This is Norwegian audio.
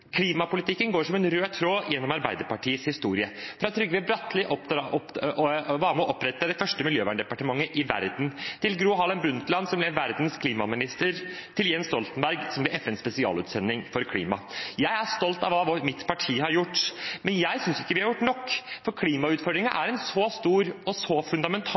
Klimapolitikken går som en rød tråd gjennom Arbeiderpartiets historie: fra Trygve Bratteli, som var med på å opprette det første Miljøverndepartementet i verden, til Gro Harlem Brundtland, som ble verdens klimaminister, og til Jens Stoltenberg, som ble FNs spesialutsending for klima. Jeg er stolt av hva mitt parti har gjort, men jeg synes ikke vi har gjort nok, for klimautfordringen er så stor og fundamental